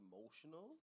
emotional